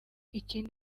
ikindi